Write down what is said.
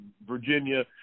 Virginia